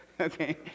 Okay